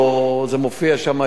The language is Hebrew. זה מופיע שם,